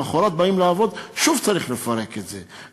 למחרת באים לעבוד ושוב צריך לפרק את זה,